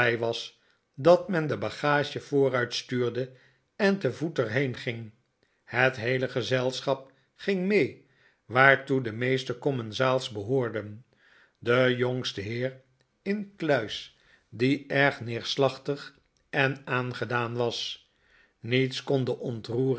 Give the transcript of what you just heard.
was dat men de bagage vooruit stuurde en te voet er heen ging het heele gezelschap ging mee waartoe de meeste cohmmensaals behoorden de jongste heer incluis die erg neerslachtig en aangedaan was niets kon